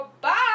bye